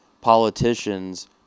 politicians